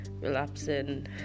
Relapsing